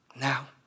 Now